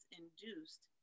induced